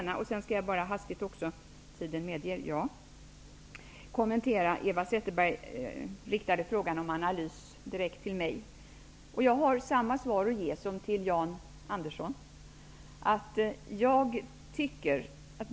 Jag skall också hastigt kommentera Eva Zetterbergs fråga till mig om en analys. Jag har samma svar att ge henne som jag gav Jan Andersson.